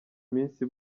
minsi